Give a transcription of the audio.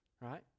right